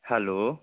hello